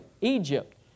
Egypt